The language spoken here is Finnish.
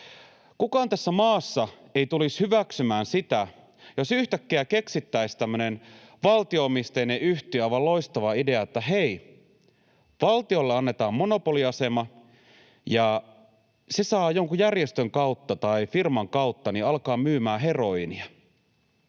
Kukaan tässä maassa ei tulisi hyväksymään sitä, jos yhtäkkiä keksittäisiin tämmöinen valtio-omisteinen yhtiö, aivan loistava idea, että hei, valtiolle annetaan monopoliasema ja se saa jonkun järjestön tai firman kautta alkaa myymään heroiinia.